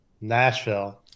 Nashville